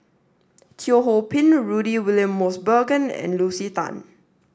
Teo Ho Pin Rudy William Mosbergen and Lucy Tan